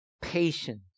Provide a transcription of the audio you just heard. patience